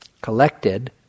collected